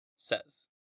says